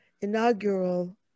inaugural